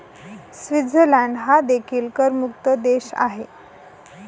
Switzerland हा देखील करमुक्त देश आहे